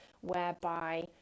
whereby